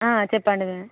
చెప్పండి మ్యామ్